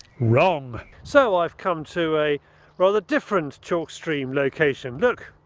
wrong. so i have come to a rather different chalk stream location look,